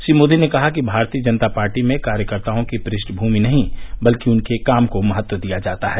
श्री मोदी ने कहा कि भारतीय जनता पार्टी में कार्यकर्ताओं की पृष्ठभूमि नहीं बल्कि उनके काम को महत्व दिया जाता है